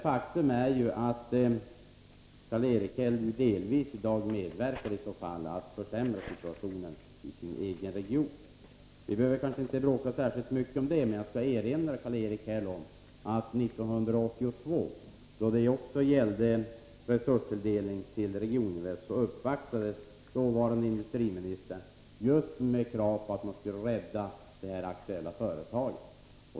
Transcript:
Faktum är att han i dag i så fall medverkar till att delvis försämra situationen i sin egen region. Vi behöver kanske inte bråka särskilt mycket om den saken, men jag vill erinra Karl-Erik Häll om att år 1982, då det också gällde resurstilldelning till Regioninvest, uppvaktades den dåvarande industriministern just med krav på att man skulle rädda det aktuella företaget.